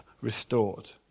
restored